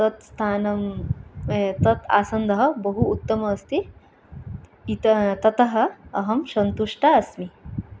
तत् स्थानं तत् आसन्दः बहु उत्तम अस्ति इत ततः अहं सन्तुष्टा अस्मि